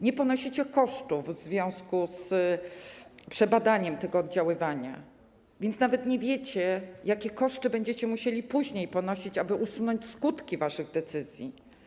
Nie ponosicie kosztów w związku z przebadaniem tego oddziaływania, więc nawet nie wiecie, jakie koszty będziecie musieli później ponosić, aby usunąć skutki waszych decyzji.